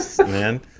man